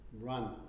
run